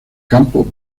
campo